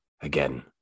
again